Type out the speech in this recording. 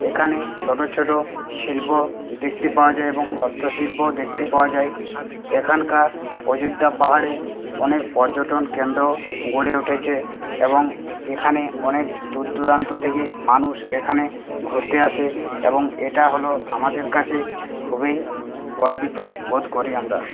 এখানে ছোটো ছোটো শিল্প দেখতে পাওয়া যায় এবং হস্তশিল্পও দেখতে পাওয়া যায় এখানকার অযোধ্যা পাহাড়ে অনেক পর্যটন কেন্দ্র গড়ে উঠেছে এবং এখানে অনেক দূর দূরান্ত থেকে মানুষ এখানে ঘুরতে আসে এবং এটা হল আমাদের কাছে খুবই গর্বিত বোধ করি আমরা